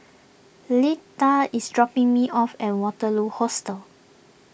Litha is dropping me off at Waterloo Hostel